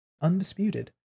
undisputed